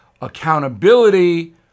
accountability